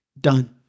done